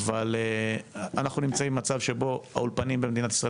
אנחנו נמצאים במצב שבו האולפנים במדינת ישראל